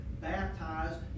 baptized